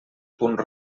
punt